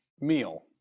meal